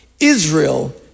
Israel